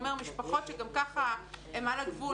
הוא אומר: משפחות שגם כך הם על הגבול,